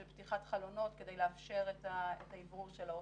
של פתיחת חלונות כדי לאפשר את האוורור של האוטובוס.